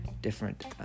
different